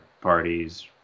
parties